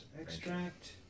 extract